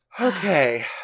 Okay